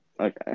okay